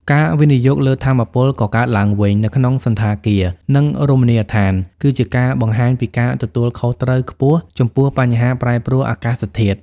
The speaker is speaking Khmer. ការវិនិយោគលើថាមពលកកើតឡើងវិញនៅក្នុងសណ្ឋាគារ និងរមណីយដ្ឋាន គឺជាការបង្ហាញពីការទទួលខុសត្រូវខ្ពស់ចំពោះបញ្ហាប្រែប្រួលអាកាសធាតុ។